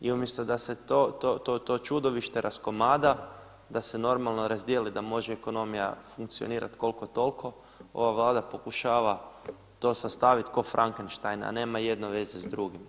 I umjesto da se to čudovište raskomada, da se normalno razdijeli da može ekonomija funkcionirati koliko toliko, ova Vlada pokušava to sastaviti ko Frankenštajna, a nema jedno veze s drugim.